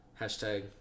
Hashtag